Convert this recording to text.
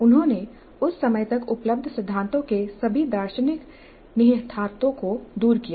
उन्होंने उस समय तक उपलब्ध सिद्धांतों के सभी दार्शनिक निहितार्थों को दूर किया